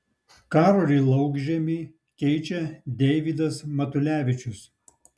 karolį laukžemį keičia deivydas matulevičius